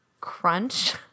crunch